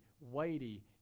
weighty